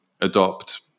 adopt